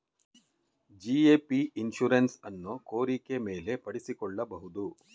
GAP insurance ಅನ್ನು ಕೋರಿಕೆ ಮೇಲೆ ಪಡಿಸಿಕೊಳ್ಳಬಹುದು